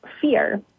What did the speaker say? fear